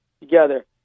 together